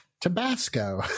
Tabasco